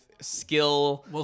skill